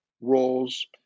roles